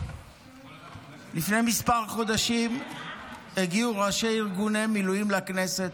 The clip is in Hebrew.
לפני כמה חודשים הגיעו ראשי ארגוני מילואים לכנסת,